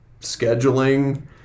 scheduling